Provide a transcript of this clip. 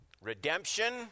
Redemption